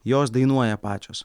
jos dainuoja pačios